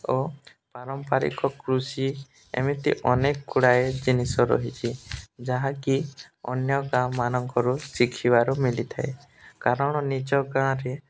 ଓ ପାରମ୍ପାରିକ କୃଷି ଏମିତି ଅନେକ ଗୁଡ଼ାଏ ଜିନିଷ ରହିଛି ଯାହାକି ଅନ୍ୟ ଗାଁମାନଙ୍କରୁ ଶିଖିବାରୁ ମିଲିଥାଏ କାରଣ ନିଜ ଗାଁରେ